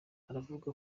aravuga